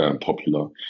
popular